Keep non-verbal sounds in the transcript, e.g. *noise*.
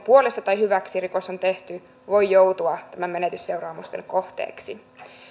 *unintelligible* puolesta tai hyväksi rikos on tehty voi joutua näiden menetysseuraamusten kohteeksi